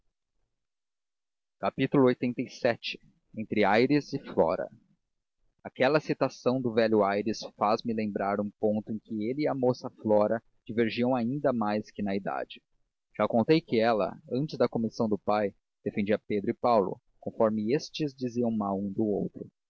esta frase lxxxvii entre aires e flora aquela citação do velho aires faz-me lembrar um ponto em que ele e a moça flora divergiam ainda mais que na idade já contei que ela antes da comissão do pai defendia pedro e paulo conforme estes diziam mal um do outro